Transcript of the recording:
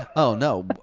oh, no.